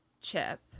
Chip